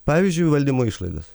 pavyzdžiui valdymo išlaidas